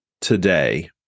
today